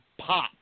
pop